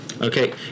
Okay